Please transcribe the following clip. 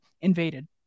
invaded